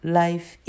life